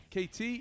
KT